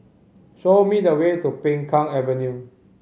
show me the way to Peng Kang Avenue